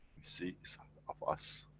we see it's. of us,